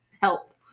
help